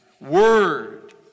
Word